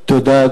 תודה.